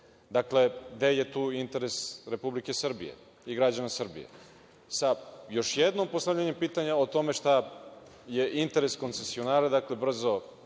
evra. Gde je tu interes Republike Srbije i građana Srbije? Još jednom postavljam pitanje o tome šta je interes koncesionara, brzo